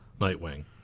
nightwing